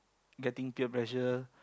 getting peer pressure